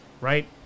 Right